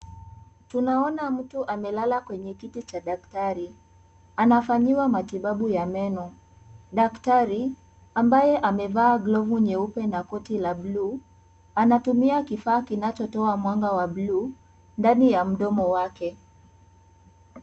Tunaona mtu amelala kwenye kiti cha daktari. Anafanyiwa matibabu ya meno. Daktari, ambaye amevaa glovu nyeupe na koti la buluu, anatumia kifaa kinachotoa mwanga wa buluu, ndani ya mdomo wake.